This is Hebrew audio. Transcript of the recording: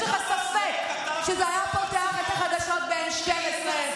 יש לך ספק שזה היה פותח את החדשות ב-N12?